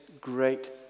great